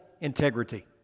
integrity